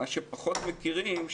מה שפחות מכירים,